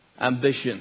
ambition